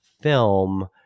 film